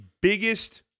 biggest